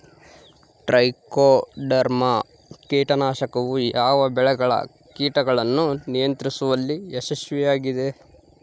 Trichoderma ಕೇಟನಾಶಕವು ಯಾವ ಬೆಳೆಗಳ ಕೇಟಗಳನ್ನು ನಿಯಂತ್ರಿಸುವಲ್ಲಿ ಯಶಸ್ವಿಯಾಗಿದೆ?